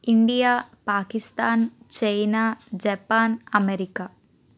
India Pakistan China Japan America